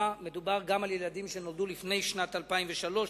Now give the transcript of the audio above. מדובר גם על ילדים שנולדו לפני שנת 2003,